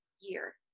year